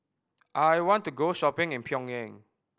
I want to go shopping in Pyongyang